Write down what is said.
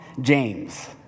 James